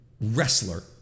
wrestler